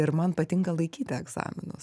ir man patinka laikyti egzaminus